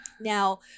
Now